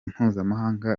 mpuzamahanga